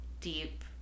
deep